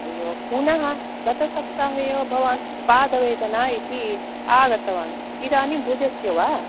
अयो पुनः गतसप्ताहे एव भवान् पादवेदना इति आगतवान् इदानीं भुजस्य वा